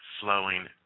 flowing